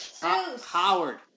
Howard